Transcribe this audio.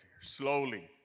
Slowly